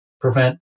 prevent